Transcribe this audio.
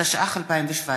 התשע"ח 2017,